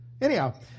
Anyhow –